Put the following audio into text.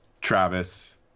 Travis